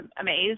amazed